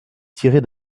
tirer